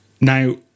now